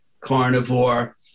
Carnivore